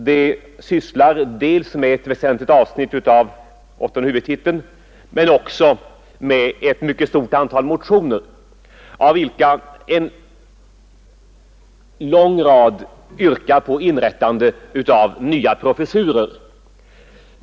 Det sysslar med ett omfattande avsnitt av åttonde huvudtiteln och med ett mycket stort antal motioner, av vilka en lång rad yrkar på inrättande av nya professurer.